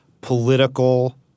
political